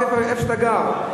רק איפה שאתה גר.